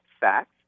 Facts